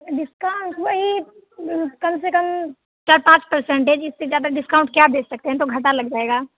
discount वही कम से कम चार पाँच पर्सेन्टेज इससे ज़्यादा डिस्काउंट क्या दे सकते हैं ये तो घाटा लग जाएगा